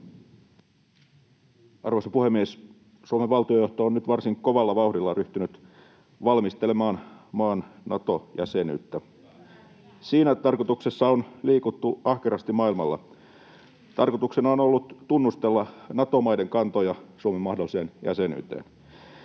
Arvoisa puhemies! Suomen valtiojohto on nyt varsin kovalla vauhdilla ryhtynyt valmistelemaan maan Nato-jäsenyyttä. [Oikealta: Hyvä! — Hyvä niin!] Siinä tarkoituksessa on liikuttu ahkerasti maailmalla. Tarkoituksena on ollut tunnustella Nato-maiden kantoja Suomen mahdolliseen jäsenyyteen.